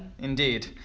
Indeed